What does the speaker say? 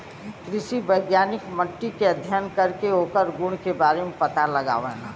कृषि वैज्ञानिक मट्टी के अध्ययन करके ओकरे गुण के बारे में पता लगावलन